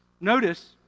notice